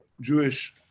Jewish